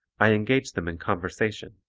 i engage them in conversation.